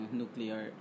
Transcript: nuclear